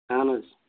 اہن حظ